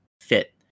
fit